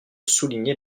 souligner